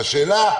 השאלה,